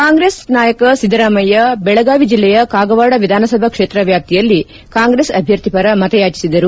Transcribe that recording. ಕಾಂಗ್ರೆಸ್ ಪಕ್ಷದ ನಾಯಕ ಸಿದ್ದರಾಮಯ್ಯ ದೆಳಗಾವಿ ಜಿಲ್ಲೆಯ ಕಾಗವಾಡ ವಿಧಾನಸಭಾ ಕ್ಷೇತ್ರ ವ್ಯಾಪ್ತಿಯಲ್ಲಿ ಕಾಂಗ್ರೆಸ್ ಅಭ್ಯರ್ಥಿಪರ ಮತಯಾಚಿಸಿದರು